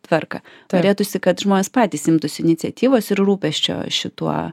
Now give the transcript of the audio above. tvarką norėtųsi kad žmonės patys imtųsi iniciatyvos ir rūpesčio šituo